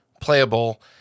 playable